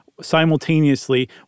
simultaneously